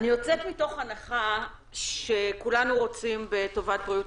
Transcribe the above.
הנחת העבודה הזאת שכולם רוצים את בריאות